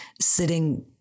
sitting